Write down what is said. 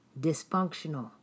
Dysfunctional